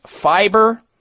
fiber